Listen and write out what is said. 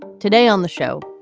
today on the show,